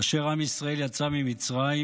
כאשר עם ישראל יצא ממצרים